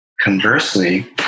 conversely